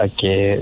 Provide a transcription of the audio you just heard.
Okay